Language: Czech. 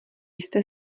jste